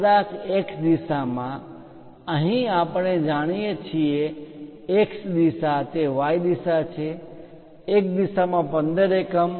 કદાચ X દિશામાં અહીં આપણે જાણીએ છીએ X દિશા તે Y દિશા છે X દિશામાં 15 એકમ